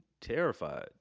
terrified